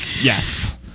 Yes